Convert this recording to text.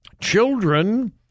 children